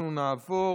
אנחנו נעבור